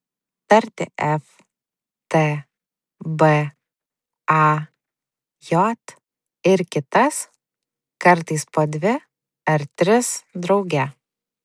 tarti f t b a j ir kitas kartais po dvi ar tris drauge